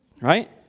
Right